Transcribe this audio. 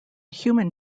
human